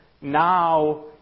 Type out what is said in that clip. now